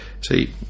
See